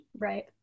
Right